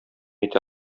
итә